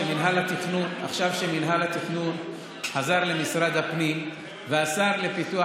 כשמינהל התכנון חזר למשרד הפנים והשר לפיתוח